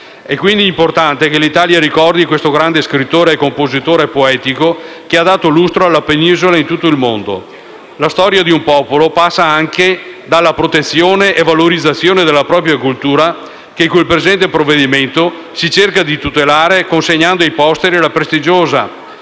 È quindi importante che l'Italia ricordi questo grande scrittore e compositore poetico che ha dato lustro alla Penisola in tutto il mondo. La storia di un popolo passa anche dalla protezione e valorizzazione della propria cultura che, con il presente provvedimento, si cerca di tutelare, consegnando ai posteri la prestigiosa